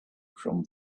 from